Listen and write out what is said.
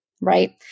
right